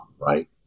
Right